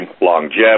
longevity